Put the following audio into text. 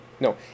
No